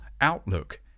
outlook